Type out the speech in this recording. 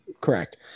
correct